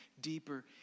deeper